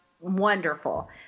wonderful